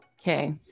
Okay